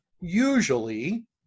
usually